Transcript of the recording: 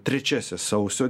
trečiasis sausio